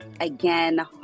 Again